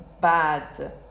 bad